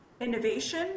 innovation